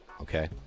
okay